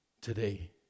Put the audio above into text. today